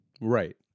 Right